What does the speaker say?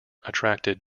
attracted